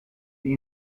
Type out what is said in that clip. the